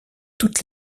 toutes